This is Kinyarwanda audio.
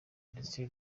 ndetse